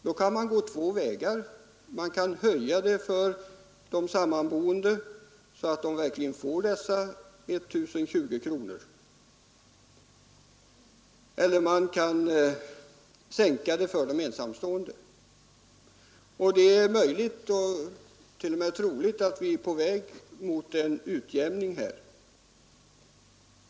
Man kan då gå två vägar. Man kan höja bidraget för de sammanboende så att de får dessa 1 020 kronor, eller man kan sänka bidraget för de ensamstående. Det är möjligt och t.o.m. troligt att vi är på väg mot en utjämning härvidlag.